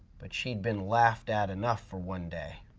but she had been laughed at enough for one day.